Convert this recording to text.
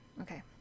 Okay